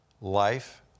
life